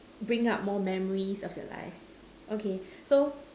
bring up more memories of your life okay so